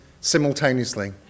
simultaneously